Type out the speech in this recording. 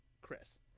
Chris